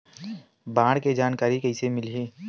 बाढ़ के जानकारी कइसे मिलही?